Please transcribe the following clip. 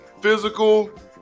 physical